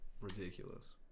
ridiculous